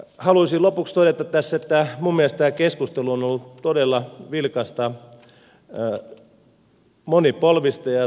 haluaisin lopuksi todeta tässä että minun mielestäni tämä keskustelu on ollut todella vilkasta ja monipolvista ja tuottanut uusia ideoita myöskin minulle päin